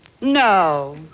No